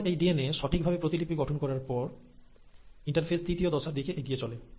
একবার এই ডিএনএ সঠিক ভাবে প্রতিলিপি গঠন করার পর ইন্টারফেস তৃতীয় দশার দিকে এগিয়ে চলে